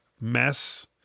mess